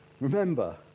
remember